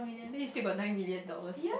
today's sweep got nine million dollars